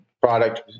product